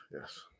Yes